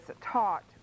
taught